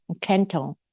Canton